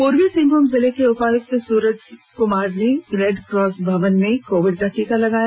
पूर्वी सिंहभूम जिले के उपायुक्त सूरज कुमार ने रेड क्रॉस भवन में कोविड का टीका लगाया